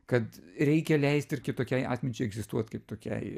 kad reikia leisti kitokiai atminčiai egzistuot kaip tokiai